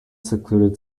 secluded